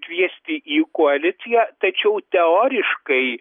kviesti į koaliciją tačiau teoriškai